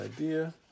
idea